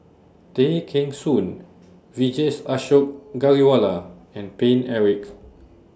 Tay Kheng Soon Vijesh Ashok Ghariwala and Paine Eric